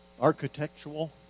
architectural